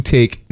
Take